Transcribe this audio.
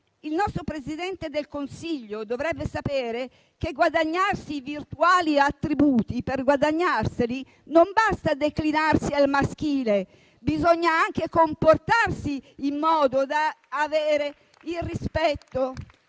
Il nostro Presidente del Consiglio dovrebbe sapere che, per guadagnarsi i virtuali attributi, non basta declinarsi al maschile: bisogna anche comportarsi in modo da ottenere il rispetto